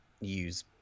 use